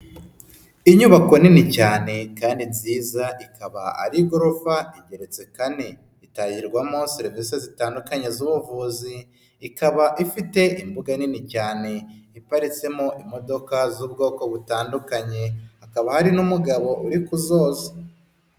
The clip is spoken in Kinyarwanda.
Inyubako nini cyane kandi nziza ikaba ari igorofa igeretse kane, itagirwamo serivisi zitandukanye z'ubuvuzi, ikaba ifite imbuga nini cyane iparitsemo imodoka z'ubwoko butandukanye hakaba hari n'umugabo uri kuzoza.